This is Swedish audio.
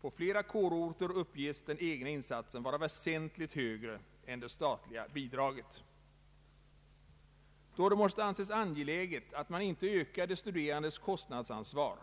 På flera kårorter uppges den egna insatsen vara väsentligt högre än det statliga bidraget. Då det måste anses angeläget att man inte ökar de studerandes kostnadsansvar